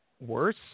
worse